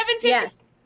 Yes